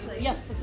Yes